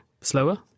slower